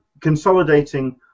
consolidating